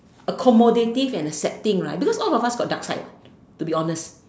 accommodative and a sad thing right because all of us have dark side what to be honest